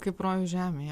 kaip rojaus žemėje